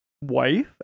wife